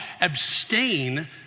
abstain